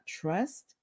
trust